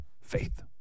faith